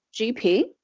GP